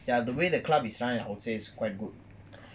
ya the way the club is run I will say is quite good